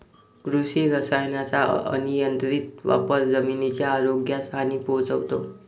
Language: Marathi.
कृषी रसायनांचा अनियंत्रित वापर जमिनीच्या आरोग्यास हानी पोहोचवतो